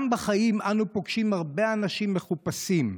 גם בחיים אנו פוגשים הרבה אנשים מחופשים: